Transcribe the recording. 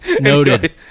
Noted